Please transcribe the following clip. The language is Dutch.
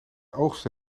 oogstte